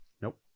Nope